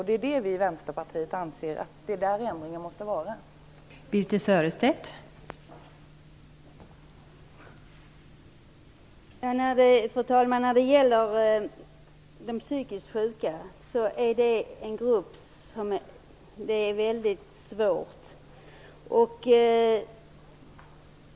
Det är där ändringen måste ske, anser vi i Vänsterpartiet.